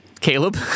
Caleb